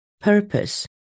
purpose